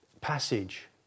passage